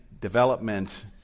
development